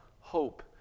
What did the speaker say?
Hope